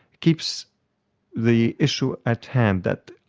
keeps the issue at hand that,